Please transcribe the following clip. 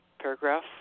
Paragraph